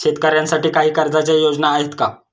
शेतकऱ्यांसाठी काही कर्जाच्या योजना आहेत का?